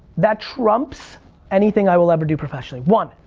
that trumps anything i will ever do professionally. one,